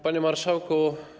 Panie Marszałku!